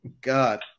God